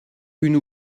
une